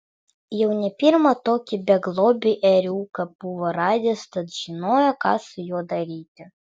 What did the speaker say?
jau ne pirmą tokį beglobį ėriuką buvo radęs tad žinojo ką su juo daryti